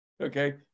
Okay